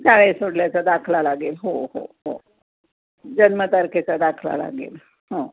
शाळा सोडल्याचा दाखला लागेल हो हो हो जन्मतारखेचा दाखला लागेल हं